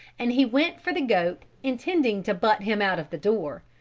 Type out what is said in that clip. and he went for the goat intending to butt him out of the door.